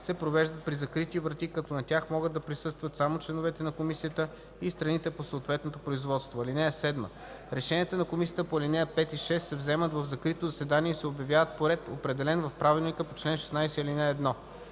се провеждат при закрити врата, като на тях могат да присъстват само членовете на комисията и страните по съответното производство. (7) Решенията на комисията по ал. 5 и 6 се вземат в закрито заседание и се обявяват по ред, определен в правилника по чл. 16, ал. 1.